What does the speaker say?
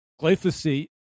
glyphosate